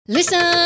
Listen